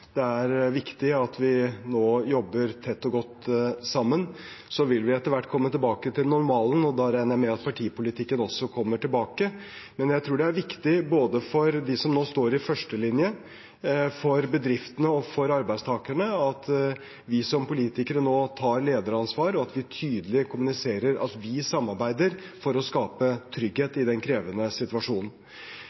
Det er viktig at vi nå jobber tett og godt sammen. Så vil vi etter hvert komme tilbake til normalen, og da regner jeg med at partipolitikken også kommer tilbake. Men jeg tror det er viktig, både for dem som nå står i førstelinjen, for bedriftene og for arbeidstakerne, at vi som politikere nå tar lederansvar, og at vi tydelig kommuniserer at vi samarbeider, for å skape trygghet i den krevende situasjonen.